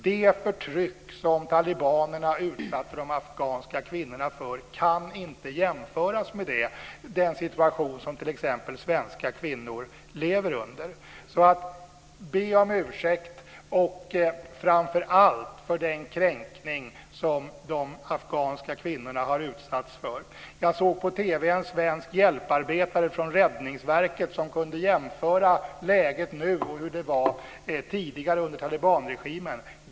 Det förtryck som talibanerna utsatte de afghanska kvinnorna för kan inte jämföras med den situation som t.ex. svenska kvinnor lever under. Be om ursäkt, framför allt för den kränkning som de afghanska kvinnorna har utsatts för. Jag såg på TV en svensk hjälparbetare från Räddningsverket som kunde jämföra läget nu med hur det var tidigare under talibanregimen.